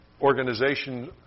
organization